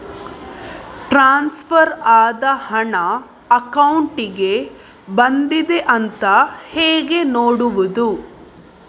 Transfer ಆದ ಹಣ ಅಕೌಂಟಿಗೆ ಬಂದಿದೆ ಅಂತ ಹೇಗೆ ನೋಡುವುದು?